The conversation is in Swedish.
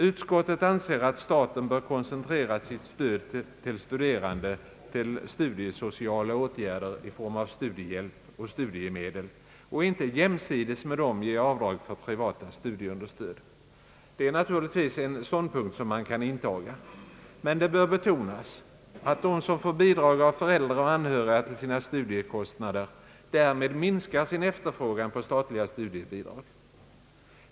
Utskottet anser att staten bör koncentrera sitt stöd till studerande till studiesociala åtgärder i form av studiehjälp och studiemedel och inte jämsides därmed ge skatteavdrag för privata studieunderstöd. Det är naturligtvis en ståndpunkt som man kan intaga. Men det bör betonas att de som får bidrag av föräldrar och anhöriga till sina studiekostnader därmed minskar sin efterfrågan på statliga studiebidrag.